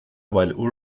while